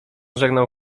żegnał